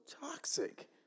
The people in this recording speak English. toxic